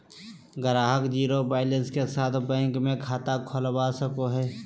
ग्राहक zero balance के साथ बैंक मे खाता खोलवा सको हय